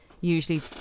Usually